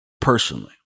personally